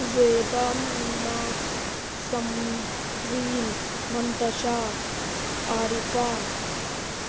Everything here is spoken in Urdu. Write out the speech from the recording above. زیبا مینا سمرین منتشاء عارفہ